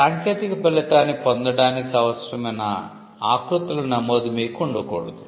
సాంకేతిక ఫలితాన్ని పొందడానికి అవసరమైన ఆకృతుల నమోదు మీకు ఉండకూడదు